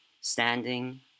standing